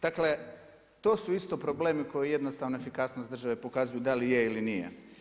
Dakle to su isto problemi koje jednostavno efikasnost države pokazuju da li je ili nije.